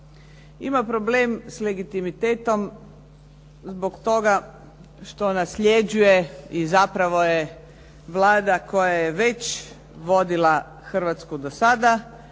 Ima problem s legitimitetom zbog toga što nasljeđuje i zapravo je Vlada koja je već vodila Hrvatsku do sada